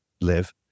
live